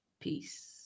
Peace